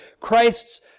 christs